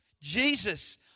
Jesus